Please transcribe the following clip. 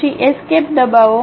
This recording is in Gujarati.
પછી એસ્કેપ દબાવો